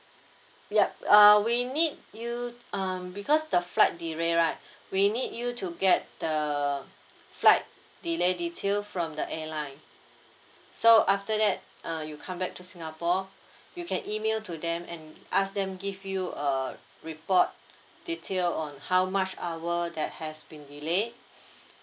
ya uh we need you um because the flight delay right we need you to get the flight delay detail from the airline so after that uh you come back to singapore you can email to them and ask them give you uh report detail on how much hour that has been delay